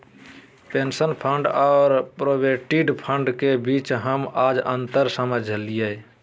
pension fund और provident fund के बीच हम आज अंतर समझलियै